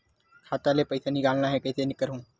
खाता ले पईसा निकालना हे, कइसे करहूं?